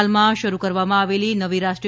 હાલમાં શરૂ કરવામાં આવેલી નવી રાષ્રી